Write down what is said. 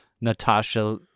Natasha